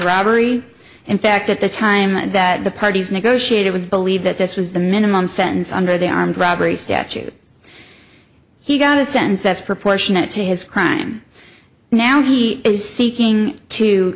robbery in fact at the time that the parties negotiated was believe that this was the minimum sentence under the armed robbery statute he got a sentence that's proportionate to his crime now he is seeking to